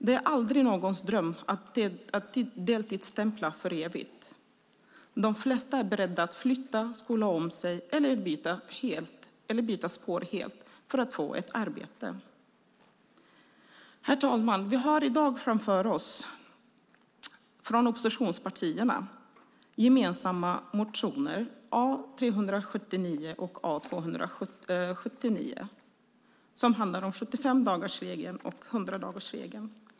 Det är aldrig någons dröm att deltidsstämpla för evigt. De flesta är beredda att flytta, skola om sig eller byta spår helt för att få ett arbete. Herr talman! Vi har i dag framför oss gemensamma motioner från oppositionspartierna - A379 och A279. De handlar om 75-dagarsregeln och 100-dagarsregeln.